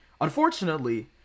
Unfortunately